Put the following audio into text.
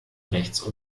rechts